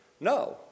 No